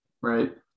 right